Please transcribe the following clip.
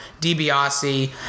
DiBiase